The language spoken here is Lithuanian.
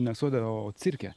ne sode o cirke